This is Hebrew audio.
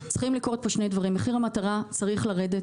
צריך לקרות פה שני דברים: מחיר המטרה צריך לרדת